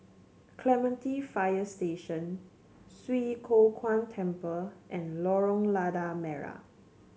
Clementi Fire Station Swee Kow Kuan Temple and Lorong Lada Merah